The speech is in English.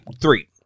Three